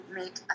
make